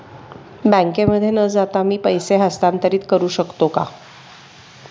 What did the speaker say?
बँकेमध्ये न जाता मी पैसे हस्तांतरित करू शकतो का?